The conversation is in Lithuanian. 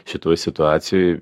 šitoj situacijoj